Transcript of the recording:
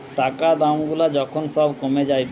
টাকা দাম গুলা যখন সব কমে যায়েটে